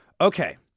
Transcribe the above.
Okay